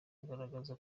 agaragaza